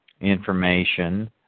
information